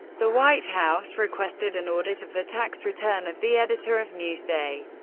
the white house requested an audit of the tax return of the editor of newsday,